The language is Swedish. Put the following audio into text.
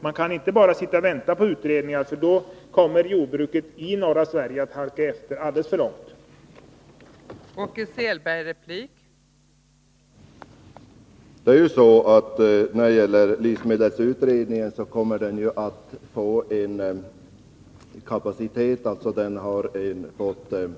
Man kan inte bara sitta och vänta på utredningar, för då kommer jordbruket i norra Sverige att halka alldeles för långt efter.